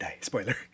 Spoiler